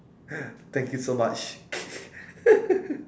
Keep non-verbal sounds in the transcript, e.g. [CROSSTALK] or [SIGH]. thank you so much [LAUGHS]